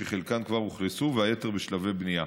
שחלקן כבר אוכלסו והיתר בשלבי בנייה.